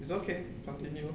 it's okay continue